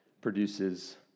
produces